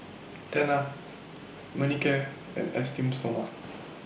Tena Manicare and Esteem Stoma